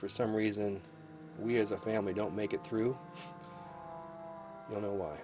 for some reason we as a family don't make it through you know why